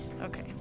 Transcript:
Okay